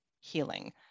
healing